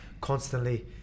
constantly